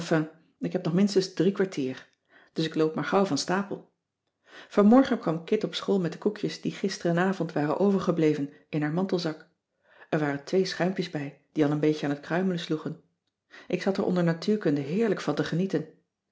ik heb nog minstens drie kwartier dus ik loop maar gauw van stapel vanmorgen kwam kit op school met de koekjes die gisterenavond waren overgebleven in haar mantelzak er waren twee schuimpjes bij die al een beetje aan t kruimelen sloegen ik zat er onder natuurkunde heerlijk van te genieten